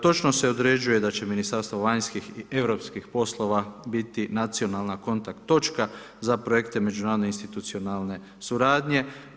Točno se određuje da će Ministarstvo vanjskih i europskih poslova biti nacionalna kontakt točka za projekte međunarodne institucionalne suradnje.